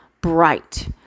bright